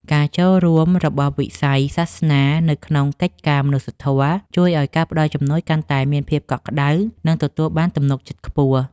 ការចូលរួមរបស់វិស័យសាសនានៅក្នុងកិច្ចការមនុស្សធម៌ជួយឱ្យការផ្តល់ជំនួយកាន់តែមានភាពកក់ក្តៅ និងទទួលបានទំនុកចិត្តខ្ពស់។